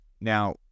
Now